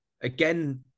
again